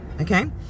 Okay